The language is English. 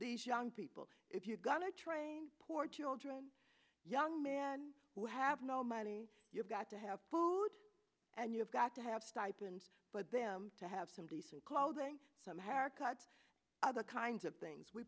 these young people if you've got a train poor children young men who have no money you've got to have food and you've got to have stipends but them to have some decent clothing some haircuts other kinds of things we